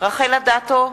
רחל אדטו,